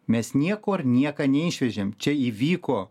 mes niekur nieką neišvežėm čia įvyko